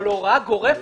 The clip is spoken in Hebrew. אבל הוראה גורפת,